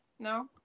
No